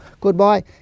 goodbye